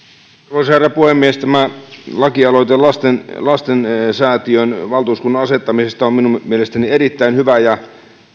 arvoisa herra puhemies tämä lakialoite lastensäätiön valtuuskunnan asettamisesta on minun mielestäni erittäin hyvä ja